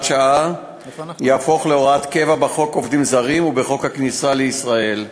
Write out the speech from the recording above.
שעה יהפוך להוראת קבע בחוק עובדים זרים ובחוק הכניסה לישראל.